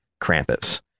Krampus